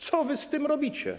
Co wy z tym robicie?